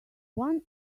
one